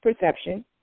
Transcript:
perception